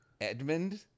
Edmund